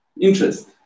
interest